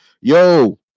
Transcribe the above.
Yo